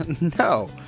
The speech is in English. no